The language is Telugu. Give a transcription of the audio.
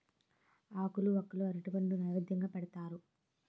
ఆకులు వక్కలు అరటిపండు నైవేద్యంగా పెడతారు